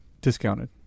discounted